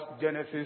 Genesis